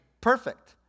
perfect